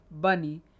Bunny